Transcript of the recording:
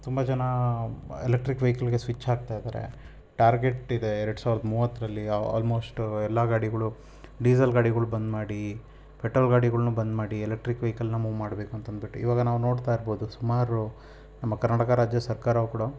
ತುಂಬ ಜನ ಎಲೆಕ್ಟ್ರಿಕ್ ವೆಹಿಕಲ್ಗೆ ಸ್ವಿಚ್ ಆಕ್ತಾ ಇದ್ದಾರೆ ಟಾರ್ಗೆಟ್ ಇದೆ ಎರಡು ಸಾವಿರದ ಮೂವತ್ತರಲ್ಲಿ ಆಲ್ಮೋಸ್ಟು ಎಲ್ಲ ಗಾಡಿಗಳು ಡೀಸೆಲ್ ಗಾಡಿಗಳು ಬಂದು ಮಾಡಿ ಪೆಟ್ರೋಲ್ ಗಾಡಿಗಳ್ನೂ ಬಂದು ಮಾಡಿ ಎಲೆಕ್ಟ್ರಿಕ್ ವೆಹಿಕಲ್ನ ಮೂ ಮಾಡ್ಬೇಕಂತ ಅಂದ್ಬಿಟ್ಟು ಇವಾಗ ನಾವು ನೋಡ್ತಾ ಇರ್ಬೋದು ಸುಮಾರು ನಮ್ಮ ಕರ್ನಾಟಕ ರಾಜ್ಯ ಸರ್ಕಾರವೂ ಕೂಡ